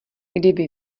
kdyby